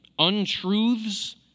untruths